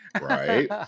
right